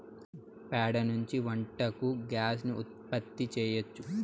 ప్యాడ నుంచి వంటకు గ్యాస్ ను ఉత్పత్తి చేయచ్చు